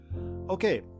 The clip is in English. Okay